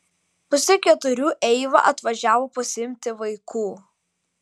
pusę keturių eiva atvažiavo pasiimti vaikų